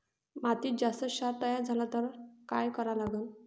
मातीत जास्त क्षार तयार झाला तर काय करा लागन?